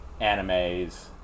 animes